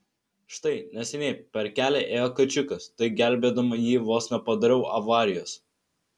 štai neseniai per kelią ėjo kačiukas tai gelbėdama jį vos nepadariau avarijos